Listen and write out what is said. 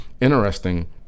interesting